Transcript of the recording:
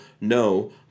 No